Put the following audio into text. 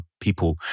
people